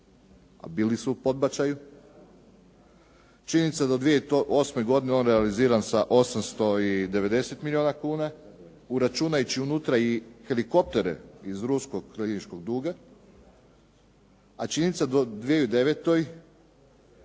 a bili su u podbačaju. Činjenica da 2008. godine on realiziran sa 890 milijuna kuna, uračunajući unutra i helikoptere iz ruskog kliničkog duga a činjenica da u 2009. kroz